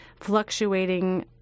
fluctuating